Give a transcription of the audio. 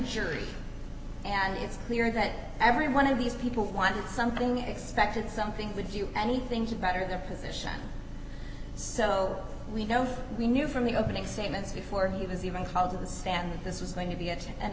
jury and it's clear that every one of these people want something expected something would you anything to better their position so we know we knew from the opening statements before he was even called to the stand that this was going to be it an